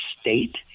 state